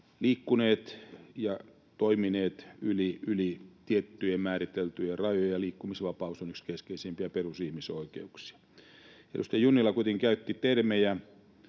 liikkuneet ja toimineet yli tiettyjen määriteltyjen rajojen, ja liikkumisvapaus on yksi keskeisimpiä perus- ja ihmisoikeuksia. Edustaja Junnila kuitenkin käytti sellaisia